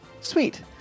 Sweet